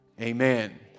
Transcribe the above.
Amen